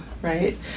Right